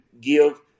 give